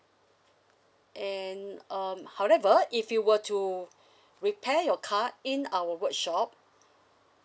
and um however if you were to repair your car in our workshop